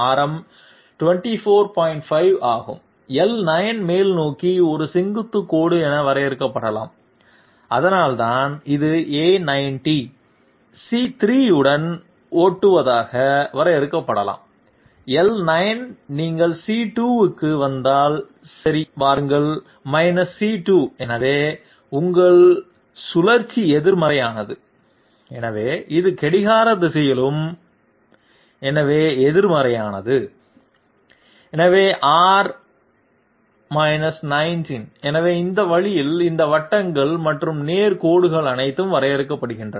5 ஆகும் l9 மேல்நோக்கி ஒரு செங்குத்து கோடு என வரையறுக்கப்படலாம் அதனால்தான் இது A90 c 3 உடன் ஓட்டுவதாக வரையறுக்கப்படலாம் l9 நீங்கள் c2 க்கு வந்தால் சரி வாருங்கள் c 2 எனவே உங்கள் சுழற்சி எதிர்மறையானது எனவே இது கடிகார திசையிலும் எனவே எதிர்மறையானது எனவே R 19 எனவே இந்த வழியில் இந்த வட்டங்கள் மற்றும் நேர் கோடுகள் அனைத்தும் வரையப்படுகின்றன